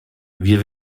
wir